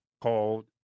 called